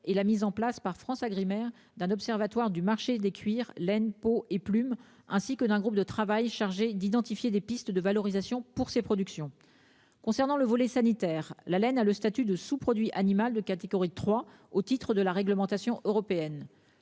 et la mise en place par FranceAgriMer d'un observatoire du marché des cuirs l'impôt et plume ainsi que d'un groupe de travail chargé d'identifier des pistes de valorisation pour ses productions. Concernant le volet sanitaire la laine a le statut de sous-produit animal de catégorie 3 au titre de la réglementation européenne